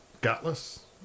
gutless